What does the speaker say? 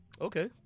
Okay